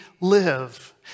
live